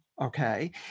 okay